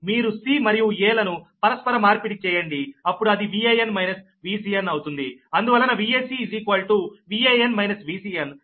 మీరు c మరియు a లను పరస్పర మార్పిడి చేయండి అప్పుడు అది Van Vcn అవుతుంది అందువలన Vac Van Vcn